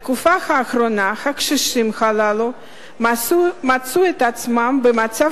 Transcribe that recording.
בתקופה האחרונה הקשישים הללו מצאו את עצמם במצב